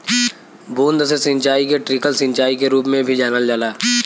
बूंद से सिंचाई के ट्रिकल सिंचाई के रूप में भी जानल जाला